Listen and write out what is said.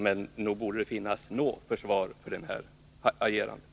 Men nog borde det finnas något försvar för agerandet.